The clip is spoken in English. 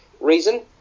Reason